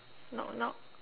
knock knock